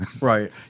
Right